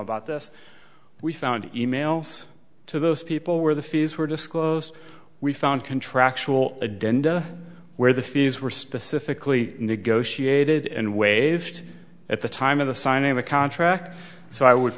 about this we found e mails to those people where the fees were disclosed we found contractual again where the fees were specifically negotiated and waved at the time of the signing of the contract so i would